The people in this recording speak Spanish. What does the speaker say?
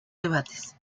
debates